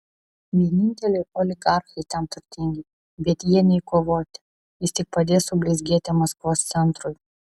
vieninteliai oligarchai ten turtingi bet jie nei kovoti jis tik padės sublizgėti maskvos centrui